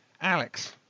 Alex